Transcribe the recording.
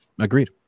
Agreed